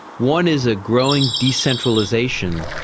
one is a growing decentralisation,